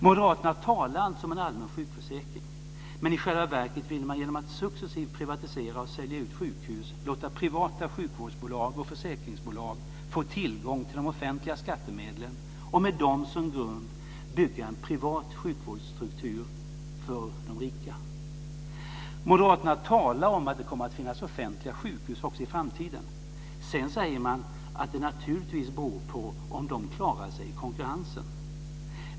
Moderaterna talar alltså om en allmän sjukförsäkring, men i själva verket vill man genom att successivt privatisera och sälja ut sjukhus låta privata sjukvårdsbolag och försäkringsbolag få tillgång till de offentliga skattemedlen och med dem som grund bygga en privat sjukvårdsstruktur för de rika. Moderaterna talar om att det kommer att finnas offentliga sjukhus också i framtiden. Sedan säger man att det naturligtvis beror på om de klarar sig i konkurrensen.